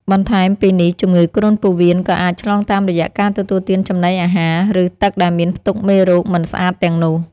បន្ថែមពីនេះជំងឺគ្រុនពោះវៀនក៏អាចឆ្លងតាមរយៈការទទួលទានចំណីអាហារ ឬទឹកដែលមានផ្ទុកមេរោគមិនស្អាតទាំងនោះ។